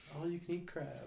All-you-can-eat-crab